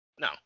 No